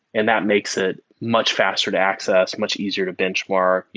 and that makes it much faster to access, much easier to benchmark,